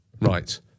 right